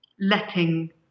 letting